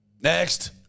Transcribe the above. Next